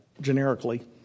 generically